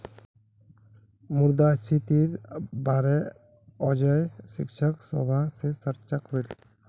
मुद्रास्फीतिर बारे अयेज शिक्षक सभा से चर्चा करिल